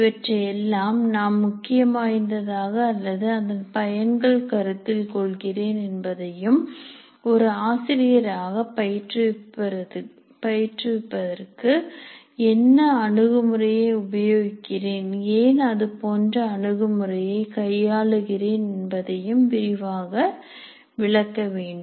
இவற்றையெல்லாம் நான் முக்கியம் வாய்ந்ததாக அல்லது அதன் பயன்கள் கருத்தில் கொள்கிறேன் என்பதையும் ஒரு ஆசிரியராக பயிற்று விற்பதற்கு என்ன அணுகுமுறையை உபயோகிக்கிறேன் ஏன் அதுபோன்ற அணுகுமுறையை கையாளுகிறேன் என்பதையும் விரிவாக விளக்க வேண்டும்